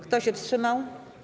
Kto się wstrzymał?